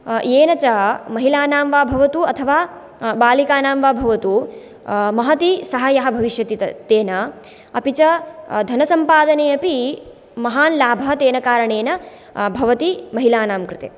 येन च महिलानां वा भवतु अथवा बालिकानां वा भवतु महती साहाय्यं भविष्यति तेन अपि च धनसम्पादने अपि महान् लाभ तेन कारणेन भवति महिलानां कृते